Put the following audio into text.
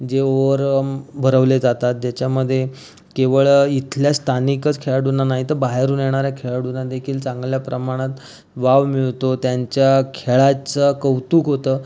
जे ओवरआर्म भरवले जातात ज्याच्यामध्ये केवळ इथल्या स्थानिकच खेळाडूंना नाही तर बाहेरून येणाऱ्या खेळाडूंना देखील चांगल्या प्रमाणात वाव मिळतो त्यांच्या खेळाचं कौतुक होतं